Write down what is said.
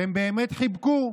והם באמת חיבקו,